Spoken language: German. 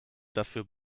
dafür